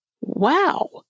Wow